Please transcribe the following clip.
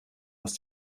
aus